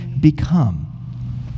become